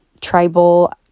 tribal